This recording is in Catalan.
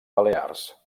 balears